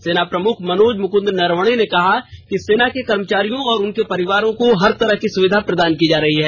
सेना प्रमुख मनोज मुकुन्द नरवणे ने कहा कि सेना के कर्मचारियों और उनके परिवारों को हर तरह की सुविधा प्रदान की जा रही है